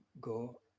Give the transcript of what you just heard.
go